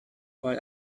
while